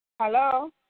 Hello